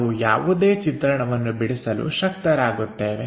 ನಾವು ಯಾವುದೇ ಚಿತ್ರವನ್ನು ಬಿಡಿಸಲು ಶಕ್ತರಾಗುತ್ತೇವೆ